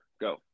Go